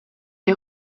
est